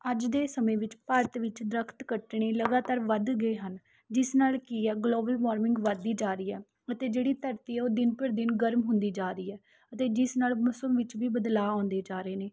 ਅੱਜ ਦੇ ਸਮੇਂ ਵਿੱਚ ਭਾਰਤ ਵਿੱਚ ਦਰਖੱਤ ਕੱਟਣੇ ਲਗਾਤਾਰ ਵੱਧ ਗਏ ਹਨ ਜਿਸ ਨਾਲ ਕੀ ਆ ਗਲੋਬਲ ਵਾਰਮਿੰਗ ਵਧਦੀ ਜਾ ਰਹੀ ਹੈ ਅਤੇ ਜਿਹੜੀ ਧਰਤੀ ਆ ਉਹ ਦਿਨ ਪਰ ਦਿਨ ਗਰਮ ਹੁੰਦੀ ਜਾ ਰਹੀ ਹੈ ਅਤੇ ਜਿਸ ਨਾਲ ਮੌਸਮ ਵਿੱਚ ਵੀ ਬਦਲਾਅ ਆਉਂਦੇ ਜਾ ਰਹੇ ਨੇ